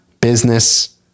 business